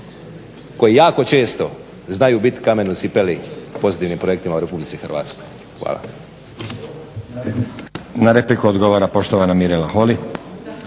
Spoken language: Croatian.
koji jako često znaju biti kamen u cipeli pozitivnim projektima u RH. Hvala. **Stazić, Nenad (SDP)** Na repliku odgovara poštovana Mirela Holy.